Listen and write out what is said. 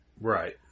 right